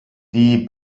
die